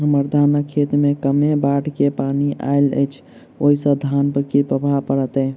हम्मर धानक खेत मे कमे बाढ़ केँ पानि आइल अछि, ओय सँ धान पर की प्रभाव पड़तै?